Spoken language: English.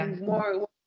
more